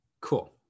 Cool